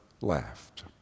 laughed